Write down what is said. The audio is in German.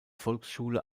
volksschule